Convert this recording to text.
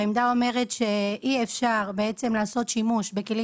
העמדה אומרת שאי אפשר לעשות שימוש בכלים